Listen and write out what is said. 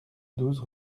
douze